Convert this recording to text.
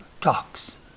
talks